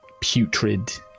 Putrid